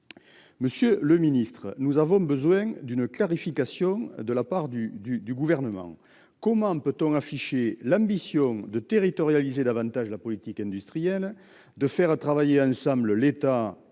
Monsieur le Ministre, nous avons besoin d'une clarification de la part du du du gouvernement. Comment peut-on afficher l'ambition de territorialiser davantage la politique industrielle de faire travailler ensemble, l'État et les